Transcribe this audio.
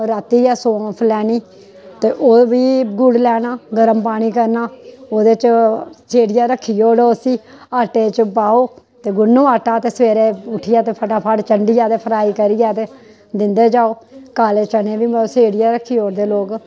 राती गै सौंफ लैनी ते ओह् बी गुड़ लैना गरम पानी करना ओह्दे च सेड़िये रखी ओड़ो उसी आटे च पाओ ते गु'न्नो आटा ते सबैह्रे उट्ठिये ते फटाफट चंडियै ते फ्राई करिये ते दिंदे जाओ काले चने उ'आं सेड़िये रखी ओड़दे लोक